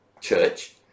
church